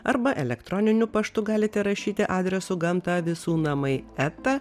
arba elektroniniu paštu galite rašyti adresu gamta visų namai eta